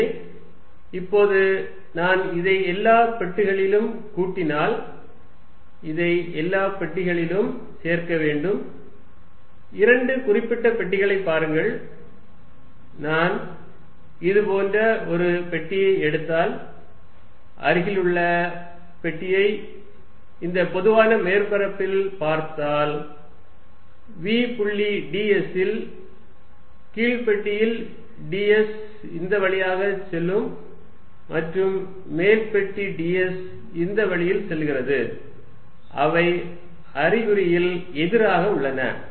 எனவே இப்போது நான் இதை எல்லா பெட்டிகளிலும் கூட்டினால் இதை எல்லா பெட்டிகளிலும் சேர்க்க வேண்டும் இரண்டு குறிப்பிட்ட பெட்டிகளைப் பாருங்கள் நான் இது போன்ற ஒரு பெட்டியை எடுத்தால் அருகிலுள்ள பெட்டியை இந்த பொதுவான மேற்பரப்பில் பார்த்தால் v புள்ளி ds இல் கீழ் பெட்டியில் ds இந்த வழியில் செல்லும் மற்றும் மேல் பெட்டி ds இந்த வழியில் செல்கிறது அவை அறிகுறியில் எதிராக உள்ளன